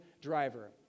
driver